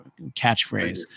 catchphrase